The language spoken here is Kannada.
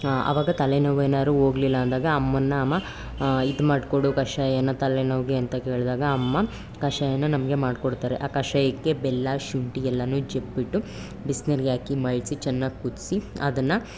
ಆವಾಗ ತಲೆ ನೋವು ಏನಾದ್ರೂ ಹೋಗ್ಲಿಲ್ಲ ಅಂದಾಗ ಅಮ್ಮನ ನಾಮ ಇದು ಮಾಡಿಕೊಡು ಕಷಾಯನ ತಲೆನೋವಿಗೆ ಅಂತ ಕೇಳಿದಾಗ ಅಮ್ಮ ಕಷಾಯವೂ ನಮಗೆ ಮಾಡ್ಕೊಡ್ತಾರೆ ಆ ಕಷಾಯಕ್ಕೆ ಬೆಲ್ಲ ಶುಂಠಿ ಎಲ್ಲನೂ ಜಪ್ಪಿ ಬಿಟ್ಟು ಬಿಸಿನೀರಿಗೆ ಹಾಕಿ ಮಳ್ಳಿಸಿ ಚೆನ್ನಾಗಿ ಕುದಿಸಿ ಅದನ್ನು